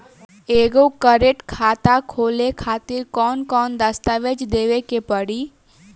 एगो करेंट खाता खोले खातिर कौन कौन दस्तावेज़ देवे के पड़ी?